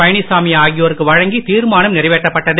பழனிசாமி ஆகியோருக்கு வழங்கி தீர்மானம் நிறைவேற்றப் பட்டது